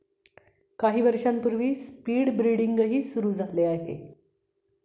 काही वर्षांपूर्वी स्पीड ब्रीडिंगही सुरू झाले आहे